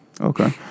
Okay